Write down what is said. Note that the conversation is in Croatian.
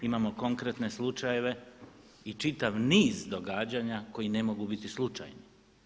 Imamo konkretne slučajeve i čitav niz događanja koji ne mogu biti slučajni.